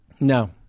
No